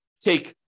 take